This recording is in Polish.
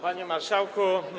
Panie Marszałku!